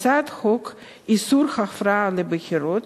הצעת חוק איסור הפרעה לבחירות